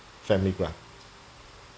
family grant